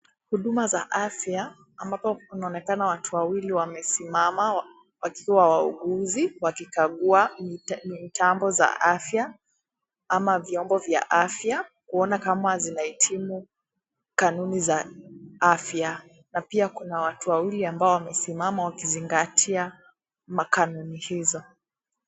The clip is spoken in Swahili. Huduma za afya, ambapo kunaonekana watu wawili wamesimama, wakiwa wauguzi wakikagua mitambo za afya, ama viombo vya afya, kuona kama zinahitimu kanuni za afya. Na pia kuna watu wawili ambao wamesimama wakizingatia makanuni hizo.